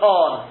on